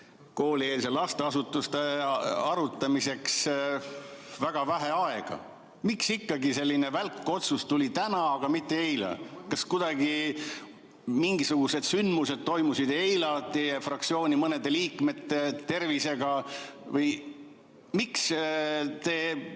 koolieelsete lasteasutuste [teema] arutamiseks väga vähe aega. Miks ikkagi selline välkotsus tuli täna, aga mitte eile? Kas kuidagi mingisugused sündmused toimusid eile teie fraktsiooni mõnede liikmete tervisega või miks te